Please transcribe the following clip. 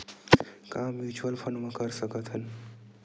का mutual fund म कर सकत हन?